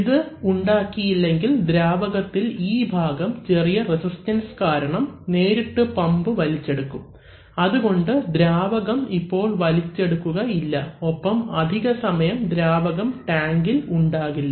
ഇത് ഉണ്ടാക്കിയില്ലെങ്കിൽ ദ്രാവകത്തിൽ ഈ ഭാഗം ചെറിയ റെസിസ്റ്റൻസ് കാരണം നേരിട്ട് പമ്പ് വലിച്ചെടുക്കും അതുകൊണ്ട് ദ്രാവകം ഇപ്പോൾ വലിച്ചെടുക്കുക ഇല്ല ഒപ്പം അധികസമയം ദ്രാവകം ടാങ്കിൽ ഉണ്ടാകില്ല